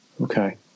Okay